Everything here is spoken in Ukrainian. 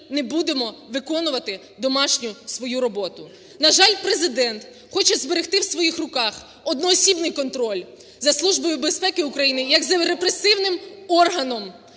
не будемо виконувати домашню свою роботу. На жаль, Президента хоче зберегти в своїх руках одноосібний контроль за Службою безпеки України як за репресивним органом